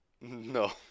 No